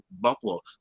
Buffalo